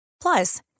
Plus